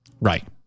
Right